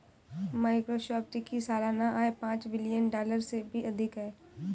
Microsoft की सालाना आय पांच बिलियन डॉलर से भी अधिक है